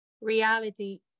Reality